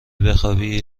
بخوابی